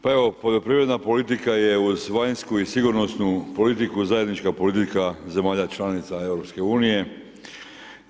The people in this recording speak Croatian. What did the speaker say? Pa evo poljoprivredna politika je uz vanjsku i sigurnosnu politiku zajednička politika zemalja članica EU-a.